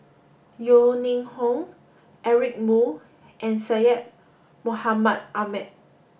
Yeo Ning Hong Eric Moo and Syed Mohamed Ahmed